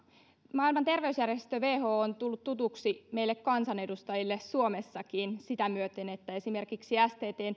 maailman terveysjärjestö who on tullut tutuksi meille kansanedustajille suomessakin sitä myöten että esimerkiksi sttn